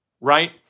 right